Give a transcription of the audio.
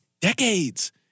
decades